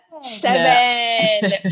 seven